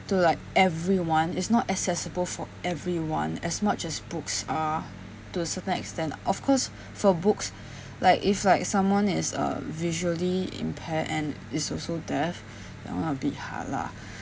to like everyone it's not accessible for everyone as much as books are to a certain extent of course for books like if like someone is uh visually-impaired and is also deaf that one will be hard lah